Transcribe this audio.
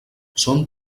són